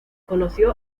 conoció